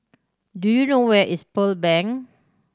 do you know where is Pearl Bank